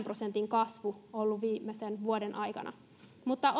prosentin kasvu viimeisen vuoden aikana mutta